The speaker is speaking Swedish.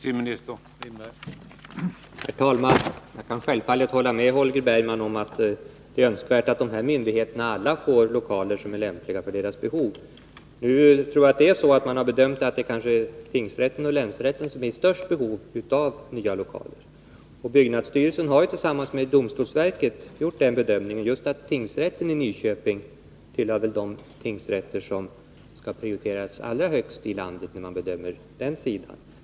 Herr talman! Jag kan självfallet hålla med Holger Bergman om att det är önskvärt att alla dessa myndigheter får lokaler som är lämpliga för deras behov. Nu har man bedömt det så att tingsrätten och länsrätten i Nyköping är i störst behov av nya lokaler — byggnadsstyrelsen har tillsammans med domstolsverket gjort den bedömningen att just tingsrätten i Nyköping skall prioriteras högst i landet när man bedömer lokalbehovet.